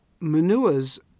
Manua's